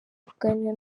kuganira